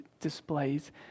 displays